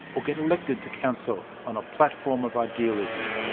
or get elected to council on a platform of idealism.